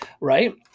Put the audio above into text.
right